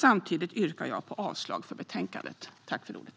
Samtidigt yrkar jag avslag på utskottets förslag i betänkandet.